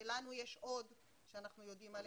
שלנו יש עוד שאנחנו יודעים עליהם.